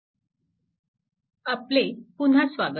आपले पुन्हा स्वागत